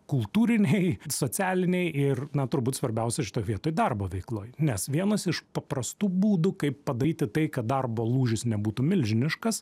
kultūriniai socialiniai ir na turbūt svarbiausia šitoj vietoj darbo veikloj nes vienas iš paprastų būdų kaip padaryti tai kad darbo lūžis nebūtų milžiniškas